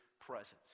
presence